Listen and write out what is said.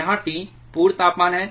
यहाँ T पूर्ण तापमान है